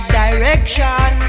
direction